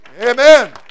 Amen